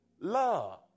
love